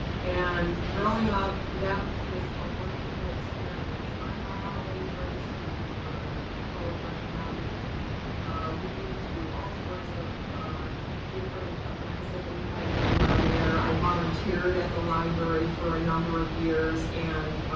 and growing up, that was just a wonderful experience. my mom always registered me for every program, and we went to all sorts of different events that they had going on there. i volunteered at the library for a number of years, and